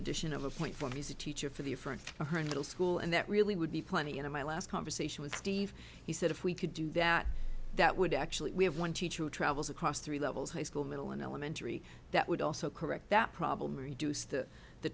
addition of a point for me as a teacher for the front of her middle school and that really would be plenty in my last conversation with steve he said if we could do that that would actually we have one teacher who travels across three levels high school middle and elementary that would also correct that problem reduce the the